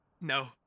No